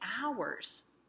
hours